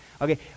Okay